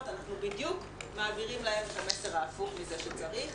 אנחנו בדיוק מעבירים להן את המסר ההפוך מזה שצריך,